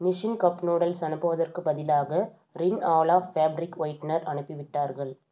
Nissin cup noodles அனுப்புவதற்குப் பதிலாக Rin Ala fabric whitener அனுப்பிவிட்டார்கள்